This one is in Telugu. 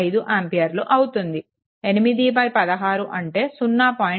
5 ఆంపియర్లు అవుతుంది 816 అంటే 0